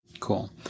Cool